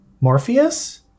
Morpheus